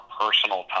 personal